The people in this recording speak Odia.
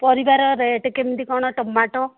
ପରିବାର ରେଟ୍ କେମିତି କ'ଣ ଟମାଟୋ